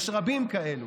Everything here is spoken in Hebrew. יש רבים כאלה